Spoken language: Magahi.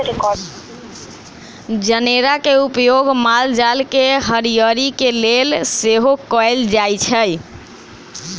जनेरा के उपयोग माल जाल के हरियरी के लेल सेहो कएल जाइ छइ